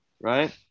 right